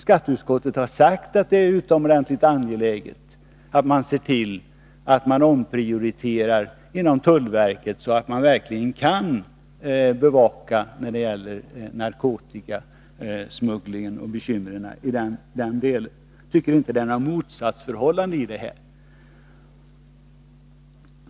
Skatteutskottet har sagt att det är utomordentligt angeläget att se till att man omprioriterar inom tullverket, så att man verkligen kan bevaka narkotikasmugglingen. Jag tycker inte det är något motsatsförhållande.